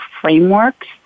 frameworks